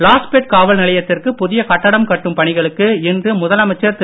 லாஸ்பேட் காவல் நிலையத்திற்குப் புதிய கட்டிடம் கட்டும் பணிகளுக்கு இன்று முதலமைச்சர் திரு